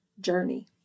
journey